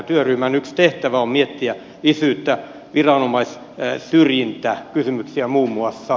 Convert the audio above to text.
työryhmän yksi tehtävä on miettiä isyyttä viranomaissyrjintäkysymyksiä muun muassa